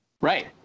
Right